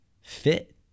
fit